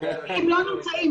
כי הם לא נמצאים.